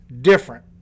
different